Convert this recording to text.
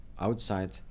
outside